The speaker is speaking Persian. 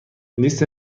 لیست